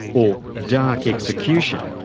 or dark execution.